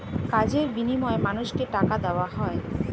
কাজের বিনিময়ে মানুষকে টাকা দেওয়া হয়